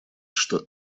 что